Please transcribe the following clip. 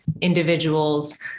individuals